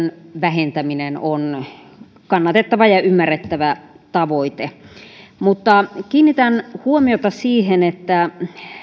vähentäminen on kannatettava ja ymmärrettävä tavoite mutta kiinnitän huomiota siihen että ihan